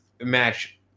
match